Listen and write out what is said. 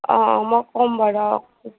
অঁ অঁ মই ক'ম বাৰু